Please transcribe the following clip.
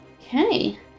Okay